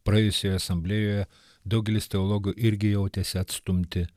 praėjusioje asamblėjoje daugelis teologų irgi jautėsi atstumti